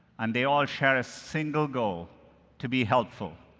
and they all share a single goal to be helpful,